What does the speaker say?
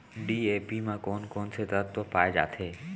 DAP म कोन कोन से तत्व पाए जाथे?